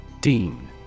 Dean